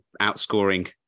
outscoring